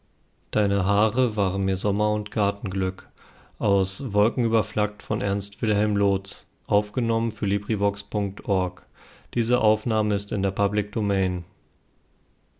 deine haare waren mir sommer und gartenglück an